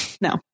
No